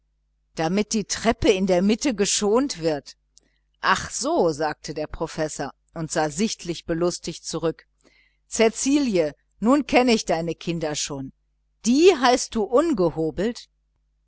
damit die treppe in der mitte geschont wird ah so sagte der professor und sah sichtlich belustigt zurück cäcilie nun kenne ich deine kinder schon die heißt du